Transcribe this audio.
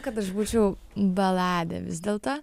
kad aš būčiau baladė vis dėlto